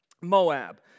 Moab